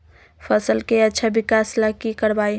फसल के अच्छा विकास ला की करवाई?